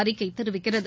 அறிக்கை தெரிவிக்கிறது